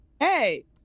Hey